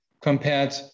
compared